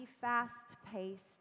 fast-paced